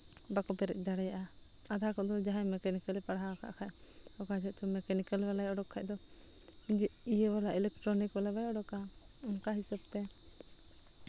ᱵᱟᱠᱚ ᱵᱮᱨᱮᱫ ᱫᱟᱲᱮᱭᱟᱜᱼᱟ ᱟᱫᱷᱟ ᱠᱚᱫᱚ ᱡᱟᱦᱟᱸᱭ ᱢᱮᱠᱟᱱᱤᱠᱮᱞ ᱯᱟᱲᱦᱟᱣ ᱠᱟᱜ ᱠᱷᱟᱡ ᱚᱠᱟ ᱡᱚᱦᱚᱜ ᱢᱮᱠᱟᱱᱤᱠᱮᱞ ᱵᱟᱞᱟᱭ ᱚᱰᱚᱠ ᱠᱷᱟᱱ ᱫᱚ ᱤᱭᱟᱹ ᱵᱟᱞᱟ ᱤᱞᱮᱠᱴᱨᱚᱱᱤᱠ ᱵᱟᱞᱟ ᱵᱟᱭ ᱚᱰᱚᱠᱟ ᱚᱱᱠᱟ ᱦᱤᱥᱟᱹᱵᱽᱛᱮ